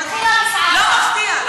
לא מפתיע.